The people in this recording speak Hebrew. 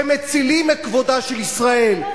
שמצילים את כבודה של ישראל?